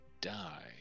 die